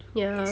ya